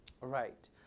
Right